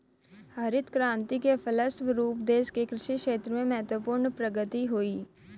हरित क्रान्ति के फलस्व रूप देश के कृषि क्षेत्र में महत्वपूर्ण प्रगति हुई